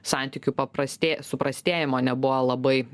santykių paprastė suprastėjimo nebuvo labai